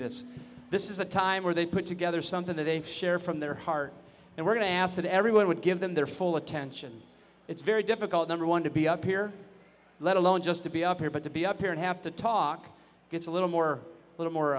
this this is a time where they put together something that they share from their heart and we're going to ask that everyone would give them their full attention it's very difficult number one to be up here let alone just to be up here but to be up here and have to talk gets a little more little more